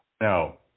No